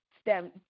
stem